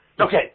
Okay